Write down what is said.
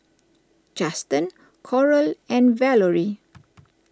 Juston Coral and Valorie